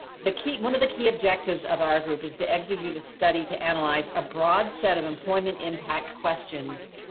the key one of the key objectives of our group is to exit you to study to analyze a broad set of employment impact questions.